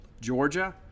Georgia